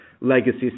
legacy